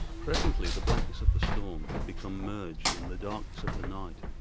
presently the blackness of the storm had become merged in the darkness of the night.